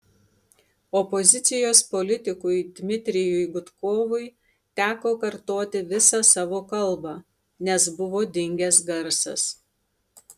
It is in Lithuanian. opozicijos politikui dmitrijui gudkovui teko kartoti visą savo kalbą nes buvo dingęs garsas